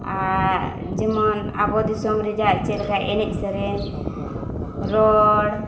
ᱟᱨ ᱡᱮᱢᱚᱱ ᱟᱵᱚ ᱫᱤᱥᱚᱢ ᱨᱮᱭᱟᱜ ᱪᱮᱫ ᱞᱮᱠᱟ ᱮᱱᱮᱡ ᱥᱮᱨᱮᱧ ᱨᱚᱲ